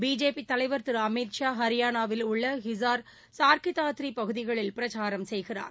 BJP தலைவர் திரு அமித் ஷா ஹரியானாவில் உள்ள ஹிசார் சார்க்கி தாத்ரி பகுதிகளில் பிரச்சாரம் செய்கிறார்